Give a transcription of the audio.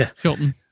Chilton